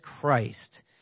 Christ